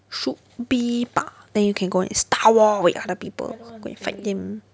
should be bah then you can go and star war with other people go fight them